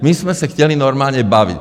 My jsme se chtěli normálně bavit.